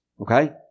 okay